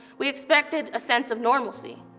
we expected a sense of normalcy.